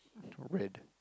red